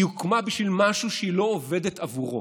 היא הוקמה בשביל משהו שהיא לא עובדת עבורו.